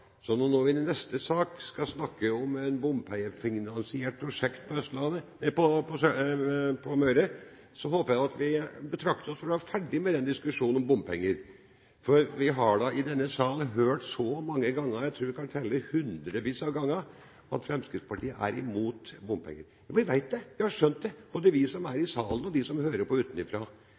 Så når vi nå i neste sak skal snakke om et bompengefinansiert prosjekt på Møre, håper jeg at vi betrakter oss som å være ferdige med den diskusjonen om bompenger. Vi har da i denne sal hørt så mange ganger – jeg tror vi kan telle hundrevis av ganger – at Fremskrittspartiet er imot bompenger. Vi vet det, vi har skjønt det – både vi som er i salen, og de som hører på utenfra.